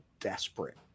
desperate